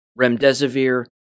Remdesivir